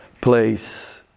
place